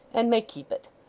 and may keep it.